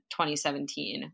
2017